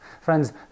Friends